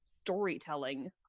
storytelling